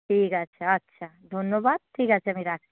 ঠিক আছে আচ্ছা ধন্যবাদ ঠিক আছে আমি রাখছি